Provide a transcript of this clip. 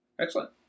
Excellent